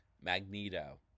magneto